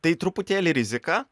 tai truputėlį rizika